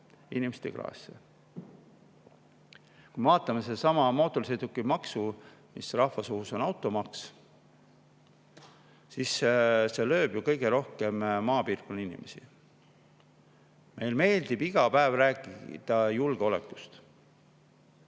kraesse. Vaatame sedasama mootorsõidukimaksu, mis rahvasuus on automaks – see lööb ju kõige rohkem maapiirkonna inimesi. Meile meeldib iga päev rääkida julgeolekust.